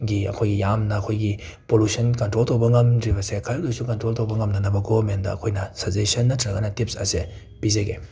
ꯒꯤ ꯑꯩꯈꯣꯏꯒꯤ ꯌꯥꯝꯅ ꯑꯈꯣꯏꯒꯤ ꯄꯣꯂꯨꯁꯟ ꯀꯟꯇ꯭ꯔꯣꯜ ꯇꯧꯕ ꯉꯝꯗ꯭ꯔꯤꯕꯁꯦ ꯈꯔꯗ ꯑꯣꯏꯁꯨ ꯀꯟꯇ꯭ꯔꯣꯜ ꯇꯧꯕ ꯉꯝꯅꯅꯕ ꯒꯣꯃꯦꯟꯗ ꯑꯈꯣꯏꯅ ꯁꯖꯦꯁꯟ ꯅꯠꯇ꯭ꯔꯒ ꯇꯤꯞꯁ ꯑꯁꯦ ꯄꯤꯖꯒꯦ